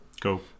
go